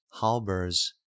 Halber's